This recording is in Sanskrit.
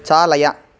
चालय